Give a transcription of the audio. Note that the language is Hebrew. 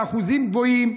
באחוזים גבוהים.